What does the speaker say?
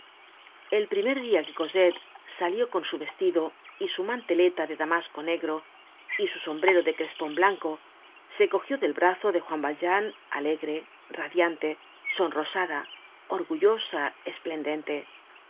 el primer dia que cosette salió con su vestido y su manteleta de damasco negro y su sombrero de crespon blanco se cogió del brazo de juan valjean alegre radiante sonrosada orgullosa esplendente